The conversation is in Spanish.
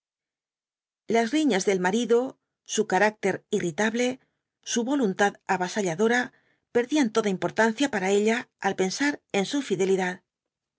las riñas del marido su carácter irritable su voluntad avasalladora perdían tod importancia para e la al pensar en su fidelidad